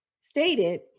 stated